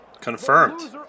Confirmed